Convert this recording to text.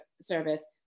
service